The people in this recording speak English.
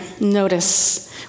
notice